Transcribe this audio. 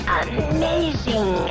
amazing